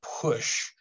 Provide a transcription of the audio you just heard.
push